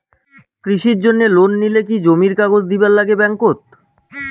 কৃষির জন্যে লোন নিলে কি জমির কাগজ দিবার নাগে ব্যাংক ওত?